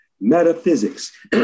metaphysics